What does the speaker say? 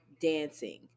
dancing